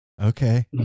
Okay